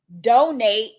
donate